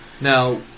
Now